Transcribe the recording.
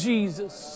Jesus